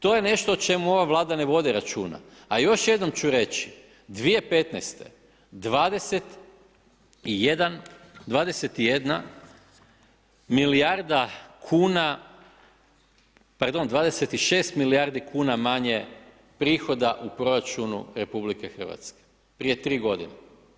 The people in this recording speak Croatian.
To je nešto o čemu ova Vlada ne vodi računa, a još jednom ću reći 2015. 21 milijarda kuna, pardon 26 milijardi kuna manje prihoda u proračunu RH, prije 3 godine.